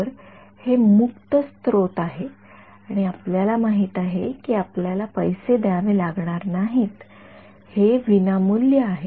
तर हे मुक्त स्त्रोत आहे आणि आपल्याला माहिती आहे की आपल्याला पैसे द्यावे लागणार नाहीत हे विनामूल्य आहे